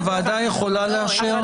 הוועדה יכולה לאשר?